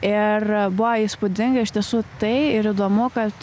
ir buvo įspūdinga iš tiesų tai ir įdomu kad